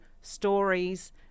stories